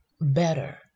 better